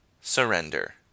Surrender